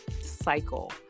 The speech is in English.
cycle